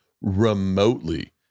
remotely